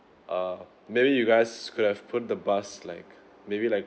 err maybe you guys could have put the bus like maybe like